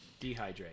Dehydrate